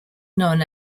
known